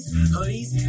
Hoodies